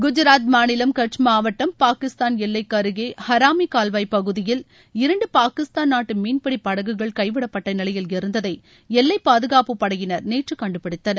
குஜராத் மாநிலம் கட்ச் மாவட்டம் பாகிஸ்தான் எல்லைக்கருகே ஹராமி கால்வாய் பகுதியில் இரண்டு பாகிஸ்தான் நாட்டு மீன்பிடி படகுகள் கைவிடப்பட்ட நிலையில் இருந்ததை எல்லைப்பாதுகாப்பப்படையினர் நேற்று கண்டுபிடித்தனர்